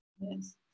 yes